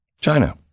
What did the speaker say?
china